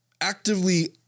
actively